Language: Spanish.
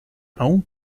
aún